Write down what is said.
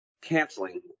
canceling